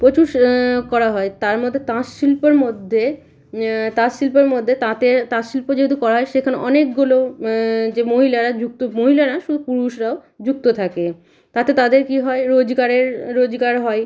প্রচুর করা হয় তার মধ্যে তাঁত শিল্পের মধ্যে তাঁত শিল্পের মধ্যে তাঁতের তাঁত শিল্প যেহেতু করা হয় সেখানে অনেকগুলো যে মহিলারা যুক্ত মহিলা না শুধু পুরুষরাও যুক্ত থাকে তাতে তাদের কী হয় রোজগারের রোজগার হয়